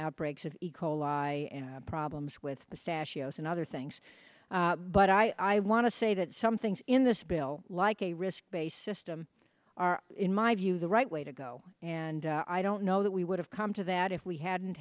outbreaks of e coli problems with the stache ios and other things but i want to say that some things in this bill like a risk based system are in my view the right way to go and i don't know that we would have come to that if we hadn't